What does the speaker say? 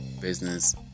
business